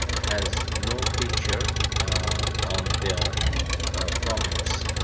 has no picture on their comments.